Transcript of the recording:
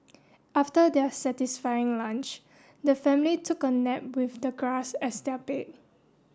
after their satisfying lunch the family took a nap with the grass as their bed